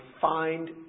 find